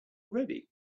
already